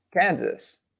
Kansas